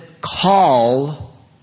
call